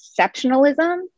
exceptionalism